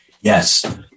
Yes